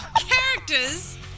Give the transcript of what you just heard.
characters